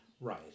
right